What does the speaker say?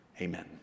amen